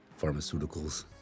pharmaceuticals